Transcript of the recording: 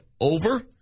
over